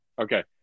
okay